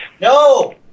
No